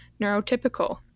neurotypical